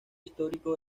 histórico